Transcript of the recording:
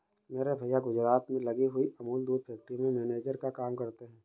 मेरे भैया गुजरात में लगी हुई अमूल दूध फैक्ट्री में मैनेजर का काम करते हैं